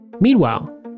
Meanwhile